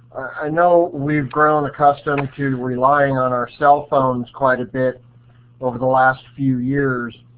ah know we've grown accustomed to relying on our cell phones quite a bit over the last few years,